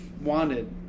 wanted